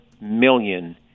million